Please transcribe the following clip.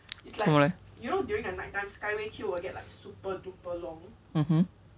做么 leh